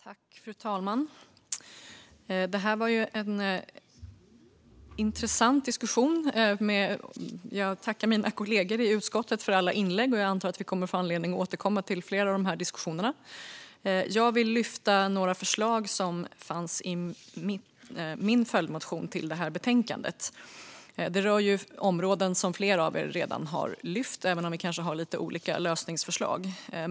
Fru talman! Det här var en intressant debatt. Jag tackar mina kollegor i utskottet för alla inlägg, och jag antar att vi kommer att få anledning att återkomma till flera av de här diskussionerna. Jag vill lyfta fram några förslag som fanns i min följdmotion till det här betänkandet. De rör områden som flera redan har tagit upp även om vi kanske har lite olika lösningsförslag.